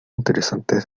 interesantes